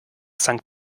sankt